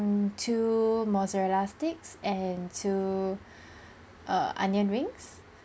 mm two mozzarella sticks and two err onion rings